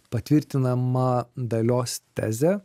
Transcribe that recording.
patvirtinama dalios tezė